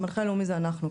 המנחה הלאומי זה אנחנו,